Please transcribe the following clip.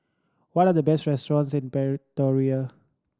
what are the best restaurants in